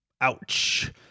Ouch